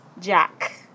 Jack